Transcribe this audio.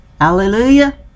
Hallelujah